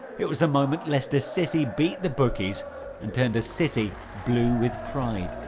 it was the moment leicester city beat the bookies and turned a city blue with pride.